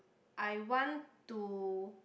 I want to